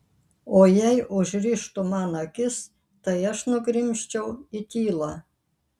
o jei užrištų man akis tai aš nugrimzčiau į tylą